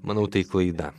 manau tai klaida